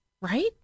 right